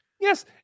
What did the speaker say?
Yes